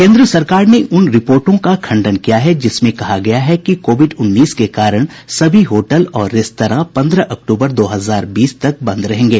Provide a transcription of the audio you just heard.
केन्द्र सरकार ने उन रिपोर्टो का खंडन किया है जिसमें कहा गया है कि कोविड उन्नीस के कारण सभी होटल और रेस्तरां पन्द्रह अक्तूबर दो हजार बीस तक बंद रहेंगे